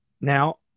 Now